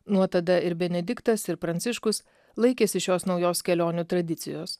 nuo tada ir benediktas ir pranciškus laikėsi šios naujos kelionių tradicijos